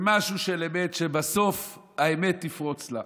ומשהו של אמת, שבסוף האמת תפרוץ לה.